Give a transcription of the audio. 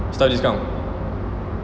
staff discount